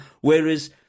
Whereas